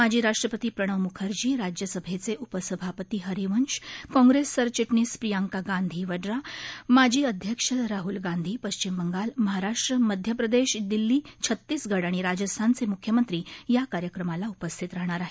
माजी राष्ट्रपती प्रणव मुखर्जी राज्यसभेचे उपसभापती हरिवंश काँप्रेस सरचि भीस प्रियांका गांधी वड्रा माजी अध्यक्ष राह्ल गांधी पश्चिम बंगाल महाराष्ट्र मध्यप्रदेश दिल्ली छत्तीसगड आणि राजस्थानचे मुख्यमंत्री या कार्यक्रमाला उपस्थित राहणार आहेत